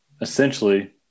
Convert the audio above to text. essentially